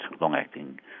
long-acting